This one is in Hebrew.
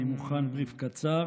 אני מוכן brief קצר,